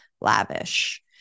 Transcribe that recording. lavish